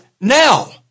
now